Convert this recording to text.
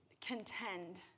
contend